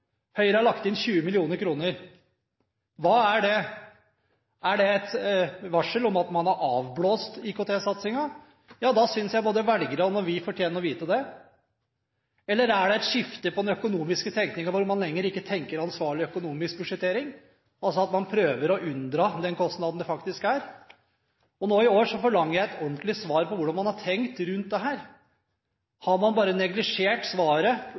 Høyre har lagt inn 20 mill. kr. Hva er det? Er det et varsel om at man har avblåst IKT-satsingen? Ja, da synes jeg både velgerne og vi fortjener å få vite om det. Eller er dette et skifte i den økonomiske tenkningen, hvor man ikke lenger tenker ansvarlig økonomisk budsjettering – altså at man prøver å unndra den faktiske kostnaden? Nå i år forlanger jeg et ordentlig svar på hvordan man har tenkt rundt dette. Har man bare neglisjert svaret